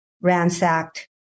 ransacked